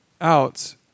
out